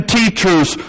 teachers